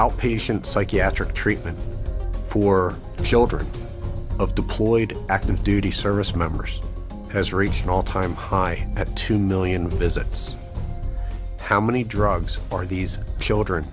outpatient psychiatric treatment for the children of deployed active duty service members has reached an all time high at two million visits how many drugs are these children